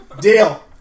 Deal